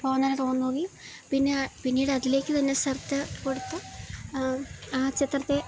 തോന്നല് തോന്നുകയും പിന്നെ പിന്നീട് അതിലേക്ക് തന്നെ ശ്രദ്ധ കൊടുത്ത് ആ ചിത്രത്തെ